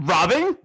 Robbing